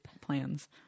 plans